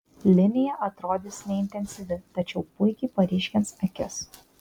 linija atrodys neintensyvi tačiau puikiai paryškins akis